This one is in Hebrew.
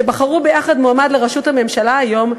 שבחרו ביחד מועמד לראשות הממשלה היום,